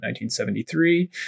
1973